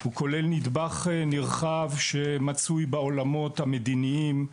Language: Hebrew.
הוא כולל נדבך נרחב שמצוי בעולמות המדיניים,